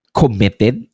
committed